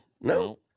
No